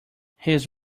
his